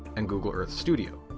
and google earth studio,